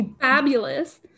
fabulous